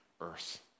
earth